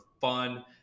fun